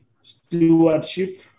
stewardship